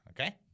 Okay